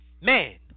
man